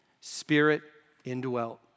spirit-indwelt